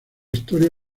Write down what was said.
historia